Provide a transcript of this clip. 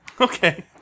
Okay